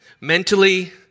Mentally